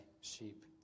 sheep